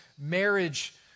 marriage